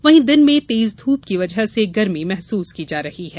वहीं दिन में तेज धूप की वजह से गर्मी महसूस की जा रही है